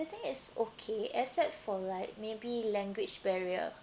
I think it's okay except for like maybe language barrier